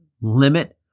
Limit